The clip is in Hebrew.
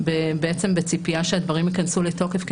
בעצם בציפייה שהדברים ייכנסו לתוקף,